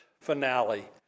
Finale